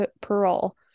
parole